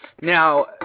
Now